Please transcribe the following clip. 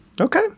Okay